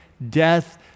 death